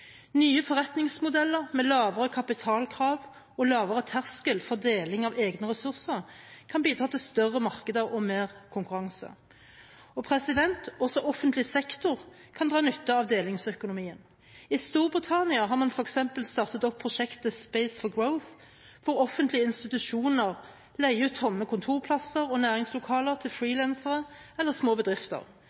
Nye forretningsmodeller med lavere kapitalkrav og lavere terskel for deling av egne ressurser kan bidra til større markeder og mer konkurranse. Offentlig sektor kan også dra nytte av delingsøkonomien. I Storbritannia har man f.eks. startet opp prosjektet Space for Growth, hvor offentlige institusjoner leier ut tomme kontorplasser og næringslokaler til frilansere eller små bedrifter.